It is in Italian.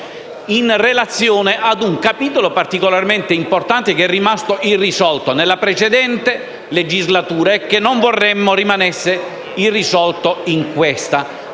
in relazione a un capitolo particolarmente importante, rimasto irrisolto nella precedente legislatura e che non vorremmo rimanesse irrisolto in questa.